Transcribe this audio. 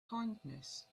kindness